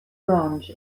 branch